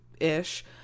ish